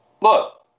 look